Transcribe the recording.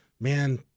man